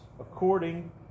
according